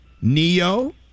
Neo